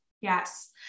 Yes